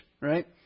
right